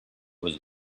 was